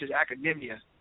academia